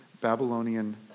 Babylonian